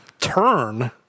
turn